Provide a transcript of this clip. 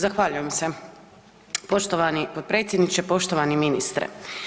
Zahvaljujem se poštovani potpredsjedniče, poštovani ministre.